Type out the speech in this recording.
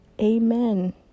Amen